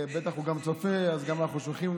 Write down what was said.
אני לא מבין למה לא אומרים